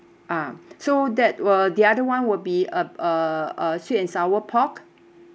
ah so that were the other one will be a a a sweet and sour pork